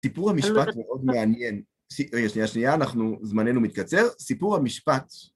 סיפור המשפט מאוד מעניין, רגע שניה שניה, זמננו מתקצר, סיפור המשפט